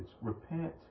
repent